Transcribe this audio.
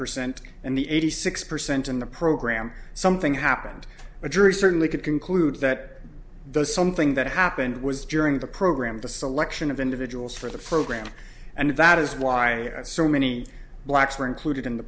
percent and the eighty six percent in the program something happened a jury certainly could conclude that there's something that happened was during the program the selection of individuals for the program and that is why so many blacks were included in the